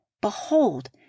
Behold